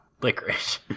licorice